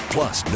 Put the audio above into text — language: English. Plus